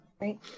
right